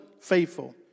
faithful